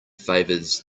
favours